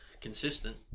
consistent